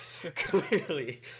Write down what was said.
Clearly